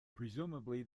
presumably